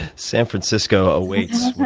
san francisco awaits